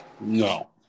No